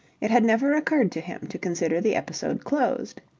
it had never occurred to him to consider the episode closed.